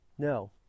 No